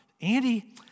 Andy